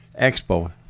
Expo